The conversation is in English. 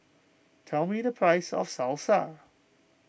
tell me the price of Salsa